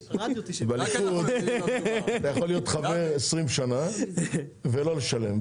בליכוד אתה יכול להיות חבר 20 שנים ולא לשלם.